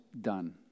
done